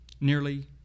nearly